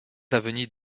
avenues